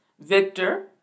Victor